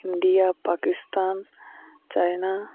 India Pakistan China